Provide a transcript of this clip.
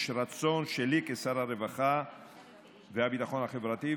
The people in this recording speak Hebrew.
יש רצון שלי כשר הרווחה והביטחון החברתי,